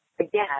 again